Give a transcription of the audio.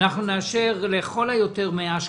אנחנו נאשר לכל היותר 100 שקלים.